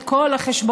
את כל החשבונות,